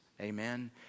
Amen